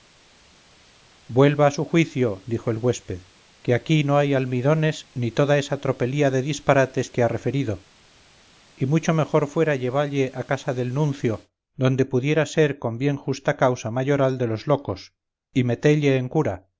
vuelva a su juicio dijo el gúesped que aquí no hay almidones ni toda esa tropelía de disparates que ha referido y mucho mejor fuera llevalle a casa del nuncio donde pudiera ser con bien justa causa mayoral de los locos y metelle en cura